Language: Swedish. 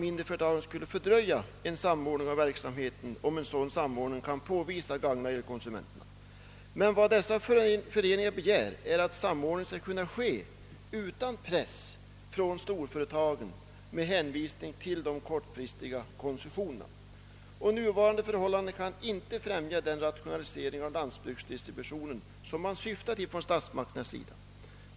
Men vad dessa föreningar begär är att samordningen skall genomföras utan press från storföretagen med hänvisning till de kortfristiga koncessionerna. Nuvarande förhållanden kan inte främja den rationalisering av landsbygdens distribution som statsmakterna syftar till.